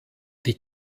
die